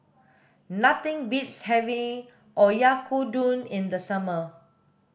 nothing beats having Oyakodon in the summer